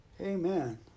Amen